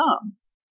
comes